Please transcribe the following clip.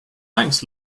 thanks